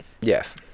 Yes